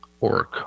org